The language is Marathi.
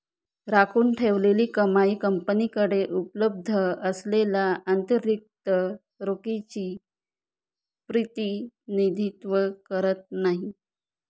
राखून ठेवलेली कमाई कंपनीकडे उपलब्ध असलेल्या अतिरिक्त रोखीचे प्रतिनिधित्व करत नाही